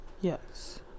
Yes